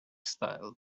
style